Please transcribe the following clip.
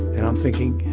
and i'm thinking,